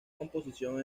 composición